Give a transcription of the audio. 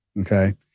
okay